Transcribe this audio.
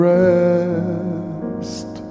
rest